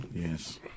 Yes